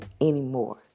anymore